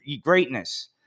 greatness